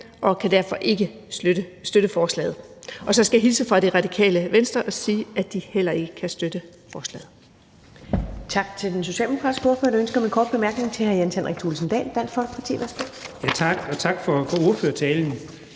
og kan derfor ikke støtte forslaget. Og så skal jeg hilse fra Det Radikale Venstre og sige, at de heller ikke kan støtte forslaget.